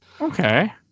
Okay